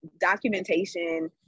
documentation